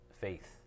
faith